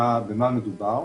במה מדובר?